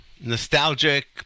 nostalgic